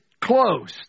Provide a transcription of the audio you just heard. close